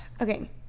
okay